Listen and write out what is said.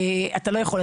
אתה לא יכול,